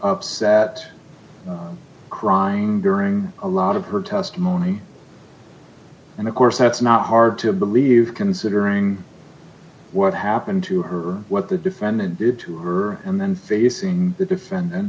upset that crying during a lot of her testimony and of course that's not hard to believe considering what happened to her what the defendant did to her and then facing the defendant